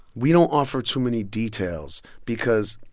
we don't offer too many details because,